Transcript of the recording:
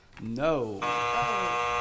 No